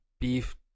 beef